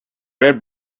red